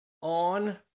On